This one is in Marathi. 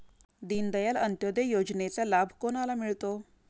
दीनदयाल अंत्योदय योजनेचा लाभ कोणाला मिळतो?